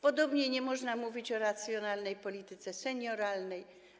Podobnie nie można mówić o racjonalnej polityce senioralnej.